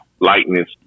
lightness